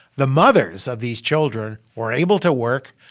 the mothers of these children were able to work.